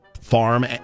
farm